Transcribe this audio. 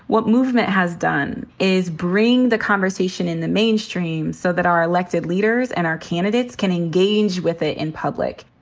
what movement has done is bring the conversation in the mainstream so that our elected leaders and our candidates can engage with it in public.